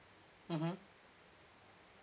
mmhmm